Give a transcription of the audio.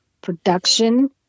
production